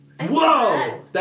whoa